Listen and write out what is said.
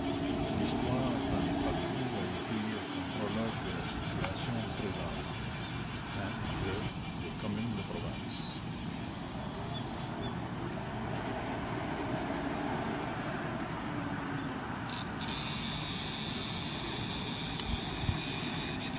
l'histoire en est partout à écrire comme prologue de la situation présente l'armée de la commune